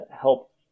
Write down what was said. help